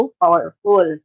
powerful